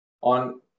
on